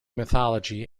mythology